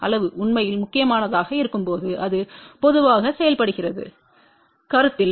அளவு உண்மையில் முக்கியமானதாக இருக்கும்போது இது பொதுவாக செய்யப்படுகிறது கருத்தில்